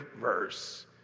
verse